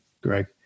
Greg